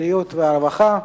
הרווחה והבריאות.